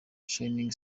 shinning